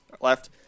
left